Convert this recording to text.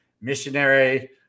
missionary